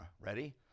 Ready